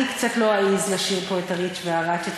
אני קצת לא אעז לשיר פה "את הריץ' את הרץ',